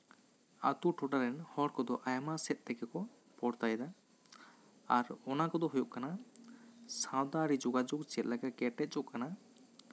ᱟᱹᱛᱩ ᱴᱚᱞᱟ ᱨᱮᱱ ᱦᱚᱲ ᱠᱚᱫᱚ ᱟᱭᱢᱟ ᱥᱮᱫ ᱛᱮᱜᱮ ᱠᱚ ᱯᱚᱲᱛᱟᱭᱮᱫᱟ ᱟᱨ ᱚᱱᱟ ᱠᱚᱫᱚ ᱦᱩᱭᱩᱜ ᱠᱟᱱᱟ ᱥᱟᱶᱛᱟ ᱟᱹᱨᱤ ᱡᱳᱜᱟᱡᱳᱜ ᱪᱮᱫ ᱞᱮᱠᱟ ᱠᱮᱴᱮᱡᱚᱜ ᱠᱟᱱᱟ